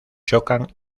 chocan